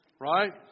Right